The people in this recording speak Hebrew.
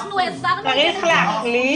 אנחנו העברנו את הנתונים.